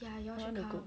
I want to go